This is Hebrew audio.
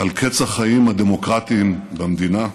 על קץ החיים הדמוקרטיים במדינה.